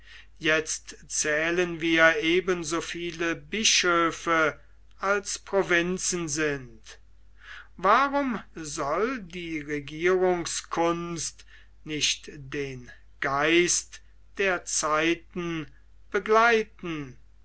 jetzt zählen wir eben so viele bischöfe als provinzen sind warum soll die regierungskunst nicht den geist der zeiten begleiten